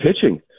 pitching